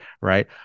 right